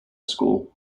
school